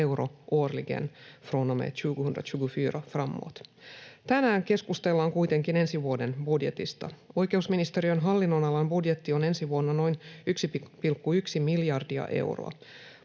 euro årligen från och med 2024 framåt. Tänään keskustellaan kuitenkin ensi vuoden budjetista. Oikeusministeriön hallinnonalan budjetti on ensi vuonna noin 1,1 miljardia euroa.